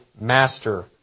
master